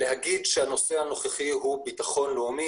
להגיד שהנושא הזה הוא ביטחון לאומי